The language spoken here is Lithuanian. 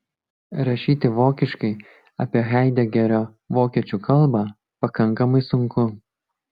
rašyti vokiškai apie haidegerio vokiečių kalbą pakankamai sunku